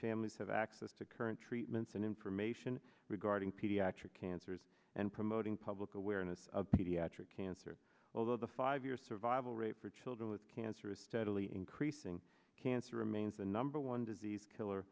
families have access to current treatments and information regarding pediatric cancers and promoting public awareness of pediatric cancer although the five year survival rate for children with cancer is steadily increasing cancer remains the number one disease killer